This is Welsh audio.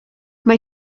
mae